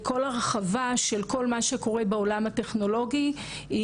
ולכן ככל שאפשר להרחיב אני חושבת שבנקודת